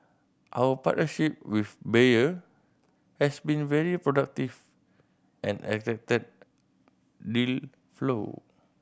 our partnership with Bayer has been very productive and attracted deal flow